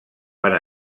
van